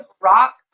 rock